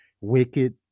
wicked